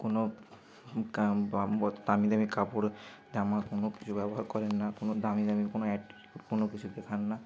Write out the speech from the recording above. কোনো গান বা অত দামী দামী কাপড় জামা কোনো কিছু ব্যবহার করেন না কোনো দামী দামী কোনো অ্যাড কোনো কিছুকে খান না